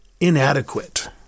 inadequate